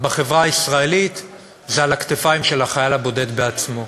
בחברה הישראלית היא על הכתפיים של החייל הבודד עצמו.